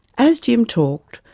as jim talked,